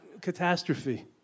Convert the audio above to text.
catastrophe